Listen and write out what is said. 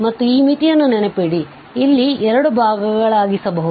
ಮತ್ತು ಈ ಮಿತಿಯನ್ನು ನೆನಪಿಡಿ ನಾವು ಇಲ್ಲಿ 2 ಭಾಗಗಳಾಗಿಸಬಹುದು